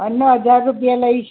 અને હજાર રુપિયા લઇશ